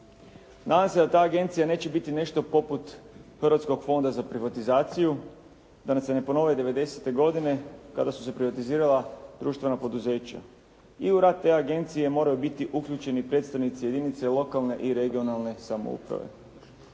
Nadam se da ta agencija neće biti nešto poput Hrvatskog fonda za privatizaciju, da nam se ne ponove devedesete godine kada su se privatizirala društvena poduzeća i u rad te agencije moraju biti uključeni predstavnici jedinice lokalne i regionalne samouprave.